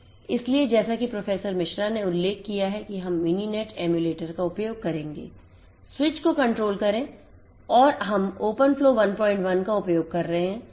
इसलिए जैसा कि प्रोफेसर मिश्रा ने उल्लेख किया है कि हम Mininet एमुलेटर का उपयोग करेंगे स्विच को कंट्रोल करें और हम open flow 11 का उपयोग कर रहे हैं